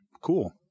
Cool